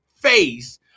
face